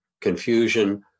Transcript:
confusion